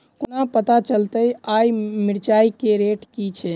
कोना पत्ता चलतै आय मिर्चाय केँ रेट की छै?